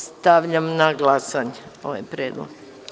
Stavljam na glasanje ovaj predlog.